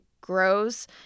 grows